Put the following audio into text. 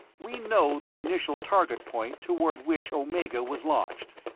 we know the initial target point toward which omega was launched.